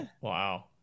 Wow